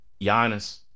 Giannis